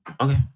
Okay